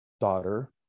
daughter